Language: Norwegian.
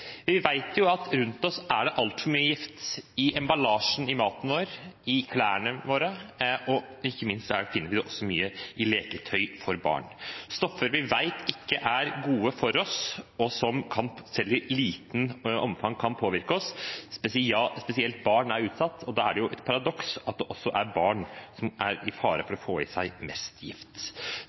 at rundt oss er det altfor mye gift – i emballasjen i maten vår, i klærne våre. Ikke minst finner vi også mye i leketøy for barn – stoffer vi vet ikke er gode for oss, og som selv i lite omfang kan påvirke oss. Spesielt barn er utsatt, og da er det et paradoks at det også er barn som står i fare for å få i seg mest gift.